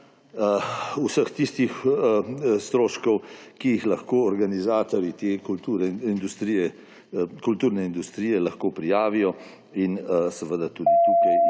vseh tistih stroškov, ki jih lahko organizatorji te kulturne industrije prijavijo. In seveda tudi tukaj je